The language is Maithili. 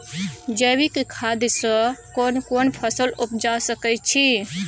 जैविक खाद से केना कोन फसल उपजा सकै छि?